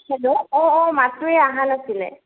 hello অ অ মাতটো এই অহা নাছিলে